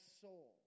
soul